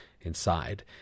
inside